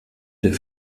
der